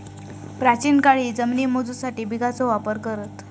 प्राचीन काळीही जमिनी मोजूसाठी बिघाचो वापर करत